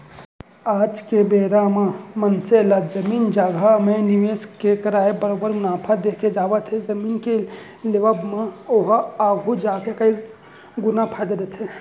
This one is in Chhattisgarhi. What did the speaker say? आज के बेरा म मनसे ला जमीन जघा म निवेस के करई बरोबर मुनाफा देके जावत हे जमीन के लेवब म ओहा आघु जाके कई गुना फायदा देथे